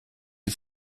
die